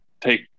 take